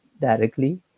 directly